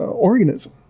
organism?